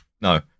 No